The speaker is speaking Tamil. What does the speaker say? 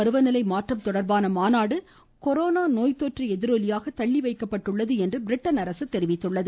பருவநிலை மாற்றம் தொடர்பான மாநாடு கொரோனா நோய் தொற்று எதிரொலியாக தள்ளி வைக்கப்பட்டுள்ளது என்று பிரிட்டன் அரசு தெரிவித்துள்ளது